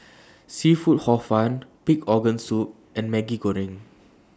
Seafood Hor Fun Pig Organ Soup and Maggi Goreng